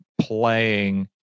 playing